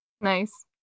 nice